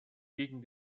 gegen